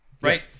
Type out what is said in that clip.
Right